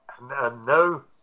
no